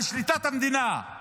על שליטת המדינה,